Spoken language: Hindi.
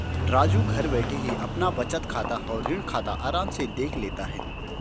राजू घर बैठे ही अपना बचत खाता और ऋण खाता आराम से देख लेता है